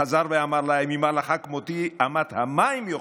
חזר ואמר להם: אם ההלכה כמותי אמת המים יוכיחו.